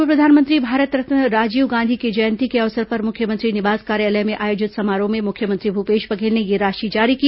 पूर्व प्रधानमंत्री भारत रत्न राजीव गांधी की जयंती के अवसर पर मुख्यमंत्री निवास कार्यालय में आयोजित समारोह में मुख्यमंत्री भूपेश बघेल ने यह राशि जारी की